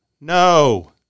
No